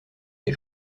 des